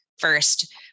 first